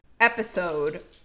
Episode